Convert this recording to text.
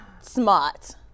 smart